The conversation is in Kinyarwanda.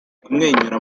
kumwenyura